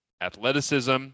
athleticism